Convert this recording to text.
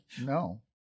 No